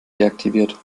deaktiviert